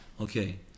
Okay